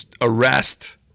arrest